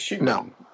No